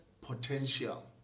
potential